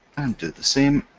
and do the same,